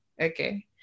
okay